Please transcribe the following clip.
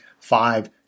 five